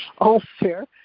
all's fair.